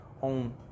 on